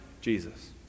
Jesus